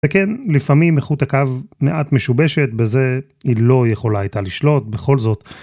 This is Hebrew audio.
וכן, לפעמים איכות הקו מעט משובשת, בזה היא לא יכולה הייתה לשלוט, בכל זאת.